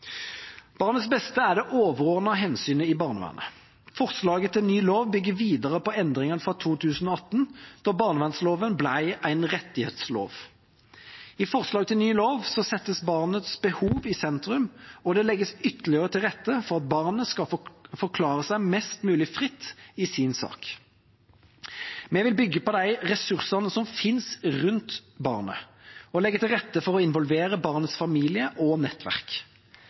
Barnets beste er det overordnede hensynet i barnevernet. Forslaget til ny lov bygger videre på endringene fra 2018, da barnevernloven ble en rettighetslov. I forslag til ny lov settes barnets behov i sentrum, og det legges ytterligere til rette for at barnet skal kunne forklare seg mest mulig fritt i sin sak. Vi vil bygge på de ressursene som finnes rundt barnet, og legge til rette for å involvere barnets familie og nettverk.